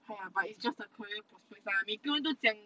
!aiya! but it's just a career prospect 每个人都讲